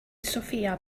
sophia